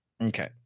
Okay